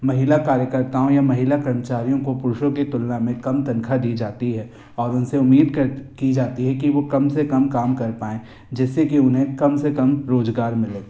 महिला कार्यकर्ताओं या महिला कर्मचारिओं को पुरुषों की तुलना में कम तनखाह दी जाती है और उनसे उम्मीद कर की जाती है कि वो कम से कम काम कर पाएँ जिससे कि उन्हें कम से कम रोजगार मिले